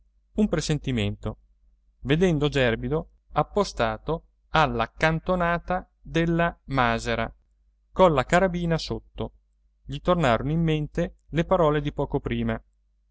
un presentimento vedendo gerbido appostato alla cantonata della masera colla carabina sotto gli tornarono in mente le parole di poco prima